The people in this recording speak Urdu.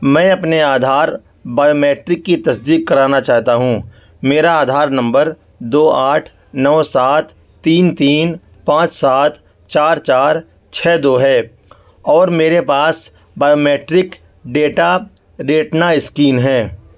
میں اپنے آدھار بائیومیٹرک کی تصدیق کرانا چاہتا ہوں میرا آدھار نمبر دو آٹھ نو سات تین تین پانچ سات چار چار چھ دو ہے اور میرے پاس بائیومیٹرک ڈیٹا ریٹنا اسکین ہے